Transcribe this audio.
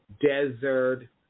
desert